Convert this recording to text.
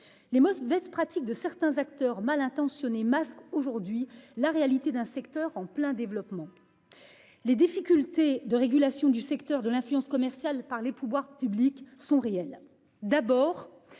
Les mauvaises pratiques de certains acteurs mal intentionnés masque aujourd'hui la réalité d'un secteur en plein développement. Les difficultés de régulation du secteur de l'influence commerciale par les pouvoirs publics sont réelles d'abord